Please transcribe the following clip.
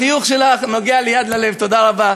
החיוך שלך נוגע לי עד ללב, תודה רבה.